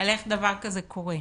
על איך דבר כזה קורה.